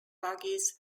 bogies